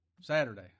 Saturday